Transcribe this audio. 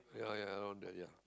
ya ya around there ya